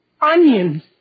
Onions